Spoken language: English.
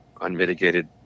unmitigated